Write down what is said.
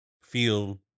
feel